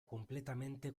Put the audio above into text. completamente